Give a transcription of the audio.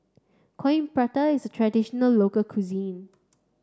coin Prata is traditional local cuisine